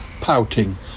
pouting